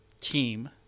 team